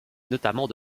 notamment